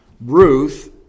Ruth